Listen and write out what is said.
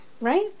Right